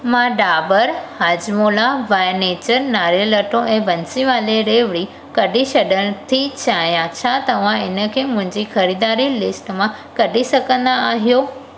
मां Dabur Hajmola by nature नारेलु अटो ऐं बंसीवाले रेवड़ी कढी छॾण थी चाहियां छा तव्हां हिनखे मुंहिंजी ख़रीदारी लिस्ट मां कढी सघंदा आहियो